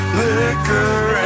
liquor